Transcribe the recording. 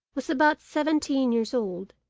was about seventeen years old,